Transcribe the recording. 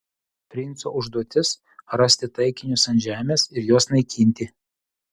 princo užduotis rasti taikinius ant žemės ir juos naikinti